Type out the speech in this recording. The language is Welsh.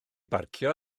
barcio